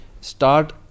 start